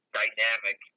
dynamic